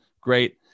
great